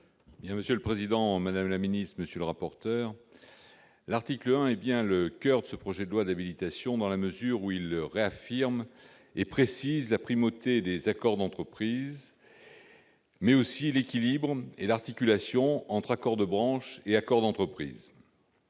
Monsieur le président, madame la ministre, monsieur le rapporteur, l'article 1 est bien le coeur de ce projet de loi d'habilitation dans la mesure où il réaffirme et précise la primauté des accords d'entreprise, mais aussi l'équilibre et l'articulation entre accords de branche et accords d'entreprise.